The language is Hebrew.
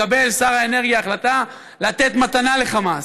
מקבל שר האנרגיה החלטה לתת מתנה לחמאס.